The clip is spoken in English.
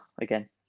again